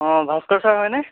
অঁ ভাস্কৰ ছাৰ হয়নে